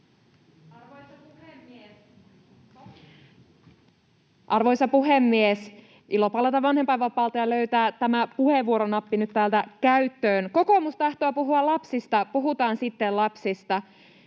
Arvoisa puhemies! Ilo palata vanhempainvapaalta ja löytää tämä puheenvuoronappi nyt täältä käyttöön. Kokoomus tahtoo puhua lapsista — puhutaan sitten lapsista.